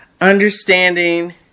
understanding